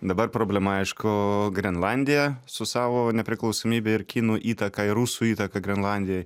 dabar problema aišku grenlandija su savo nepriklausomybe ir kinų įtaka ir rusų įtaka grenlandijoj